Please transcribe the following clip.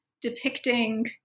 depicting